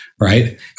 Right